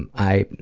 and i